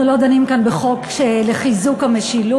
אנחנו לא דנים כאן בחוק לחיזוק המשילות.